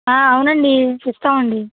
అవునండీ ఇస్తామండి